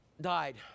died